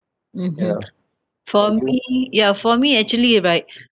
mmhmm for me ya for me actually have right